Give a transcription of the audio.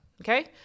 Okay